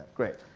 great.